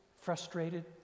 frustrated